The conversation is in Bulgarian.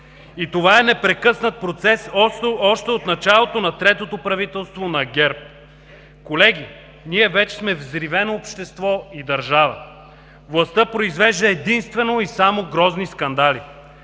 И това е непрекъснат процес още от началото на третото правителство на ГЕРБ. Колеги, ние вече сме взривено общество и държава. Властта произвежда единствено и само грозни скандали.